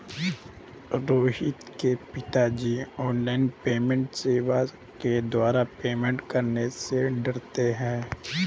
रोहित के पिताजी online payment सेवा के द्वारा पेमेंट करने से डरते हैं